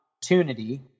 opportunity